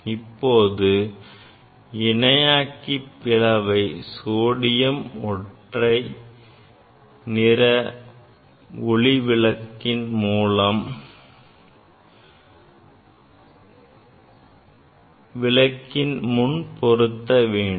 இப்போது இணையாக்கி பிளவை சோடியம் ஆவி ஒற்றை நிற விளக்கின் முன் பொருத்த வேண்டும்